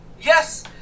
Yes